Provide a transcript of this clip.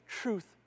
truth